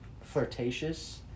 flirtatious